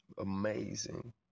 Amazing